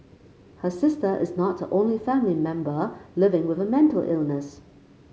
her sister is not the only family member living with a mental illness